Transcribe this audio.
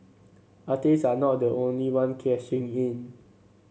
artist are not the only one cashing in